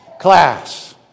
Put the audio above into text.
class